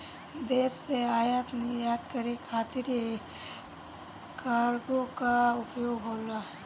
देश से आयात निर्यात करे खातिर कार्गो कअ उपयोग होला